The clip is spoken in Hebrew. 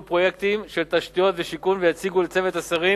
פרויקטים של תשתיות ושיכון ויציגה לצוות השרים